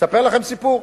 אספר לכם סיפור.